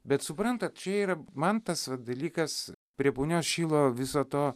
bet suprantat čia yra man tas vat dalykas prie punios šilo viso to